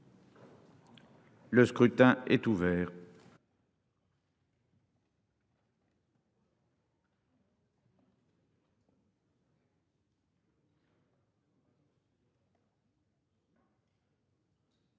Le scrutin est ouvert.